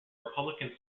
republican